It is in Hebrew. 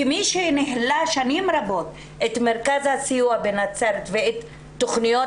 כמי שניהלה שנים רבות את מרכז הסיוע בנצרת ואת תוכניות